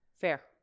Fair